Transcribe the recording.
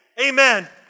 Amen